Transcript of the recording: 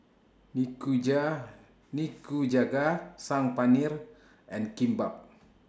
Nikuja Nikujaga Saag Paneer and Kimbap